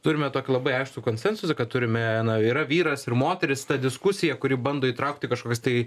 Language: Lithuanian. turime labai aiškų konsensusą kad turime yra vyras ir moteris ta diskusija kuri bando įtraukti kažkokias tai